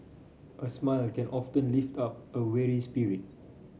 a smile can often lift up a weary spirit